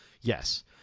yes